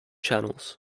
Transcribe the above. channels